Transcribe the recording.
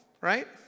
right